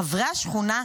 חברי השכונה,